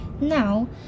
Now